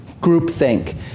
groupthink